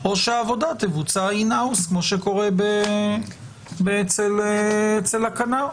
או שהעבודה תבוצע אין-האוס כמו שקורה אצל הכנ"ר.